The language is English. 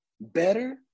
better